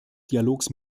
dialogs